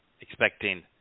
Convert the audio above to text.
expecting